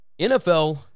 NFL